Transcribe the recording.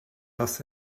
dass